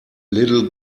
little